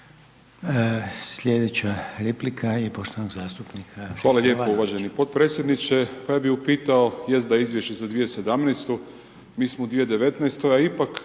Slijedeća replika je poštovanog zastupnika